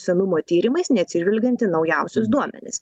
senumo tyrimais neatsižvelgiant į naujausius duomenis